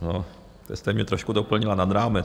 Teď jste mě trošku doplnila nad rámec.